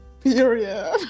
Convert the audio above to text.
period